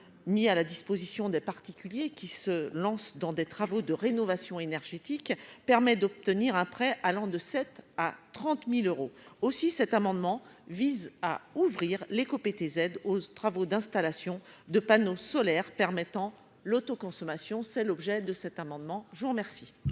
mis à la disposition des particuliers qui se lancent dans des travaux de rénovation énergétique permet d'obtenir après allant de 7 à 30000 euros aussi, cet amendement vise à ouvrir l'éco-PTZ aux travaux d'installation de panneaux solaires permettant l'autoconsommation, c'est l'objet de cet amendement, je vous remercie.